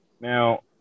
Now